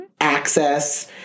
Access